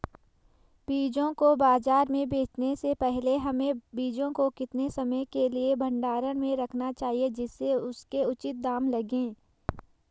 बीजों को बाज़ार में बेचने से पहले हमें बीजों को कितने समय के लिए भंडारण में रखना चाहिए जिससे उसके उचित दाम लगें?